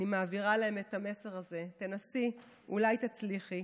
אני מעבירה אליהן את המסר הזה: תנסי, אולי תצליחי.